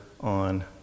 on